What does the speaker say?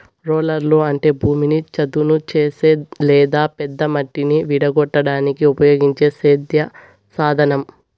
రోలర్లు అంటే భూమిని చదును చేసే లేదా పెద్ద మట్టిని విడగొట్టడానికి ఉపయోగించే సేద్య సాధనం